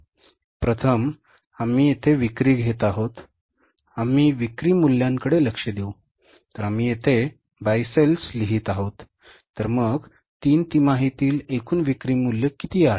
प्रथम आम्ही येथे विक्री घेत आहोत आम्ही विक्री मूल्यांकडे लक्ष देऊ तर आम्ही येथे by sales लिहित आहोत तर मग तीन तिमाहीतील एकूण विक्री मूल्य किती आहे